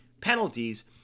penalties